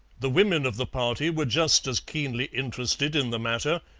the women of the party were just as keenly interested in the matter,